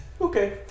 Okay